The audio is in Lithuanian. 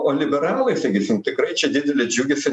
o liberalai sakysim tikrai čia didelia džiugesia